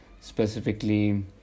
specifically